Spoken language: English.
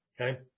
okay